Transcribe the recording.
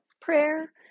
Prayer